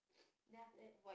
then after that